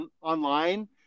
online